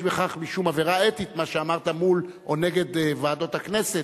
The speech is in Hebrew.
בכך משום עבירה אתית מה שאמרת מול או נגד ועדות הכנסת,